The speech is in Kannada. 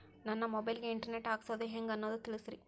ನನ್ನ ಮೊಬೈಲ್ ಗೆ ಇಂಟರ್ ನೆಟ್ ಹಾಕ್ಸೋದು ಹೆಂಗ್ ಅನ್ನೋದು ತಿಳಸ್ರಿ